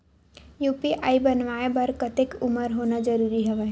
UPI बनवाय बर कतेक उमर होना जरूरी हवय?